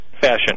Fashion